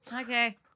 Okay